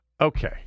okay